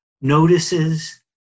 notices